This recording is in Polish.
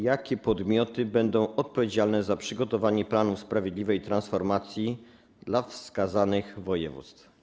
Jakie podmioty będą odpowiedzialne za przygotowanie planu sprawiedliwej transformacji dla wskazanych województw?